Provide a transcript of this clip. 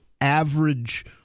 average